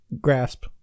grasp